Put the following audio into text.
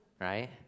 right